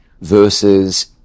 versus